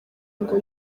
ngo